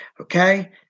okay